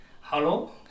Hello